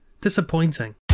Disappointing